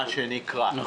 מה שנקרא.